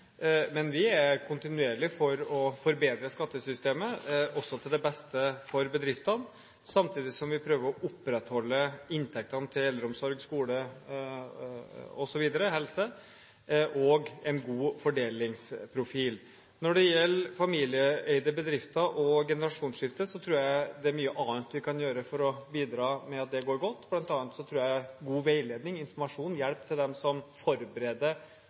men vi er for kontinuerlig å forbedre skattesystemet, også til det beste for bedriftene, samtidig som vi prøver å opprettholde inntektene til eldreomsorg, skole, helse osv. og en god fordelingsprofil. Når det gjelder familieeide bedrifter og generasjonsskifte, tror jeg at det er mye annet vi kan gjøre for å bidra til at det går godt, bl.a. god veiledning og informasjon og hjelp til dem som forbereder